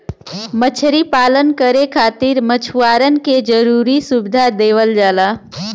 मछरी पालन करे खातिर मछुआरन के जरुरी सुविधा देवल जाला